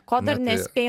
ko dar nespėjai